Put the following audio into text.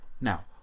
Now